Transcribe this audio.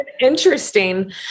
interesting